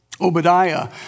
Obadiah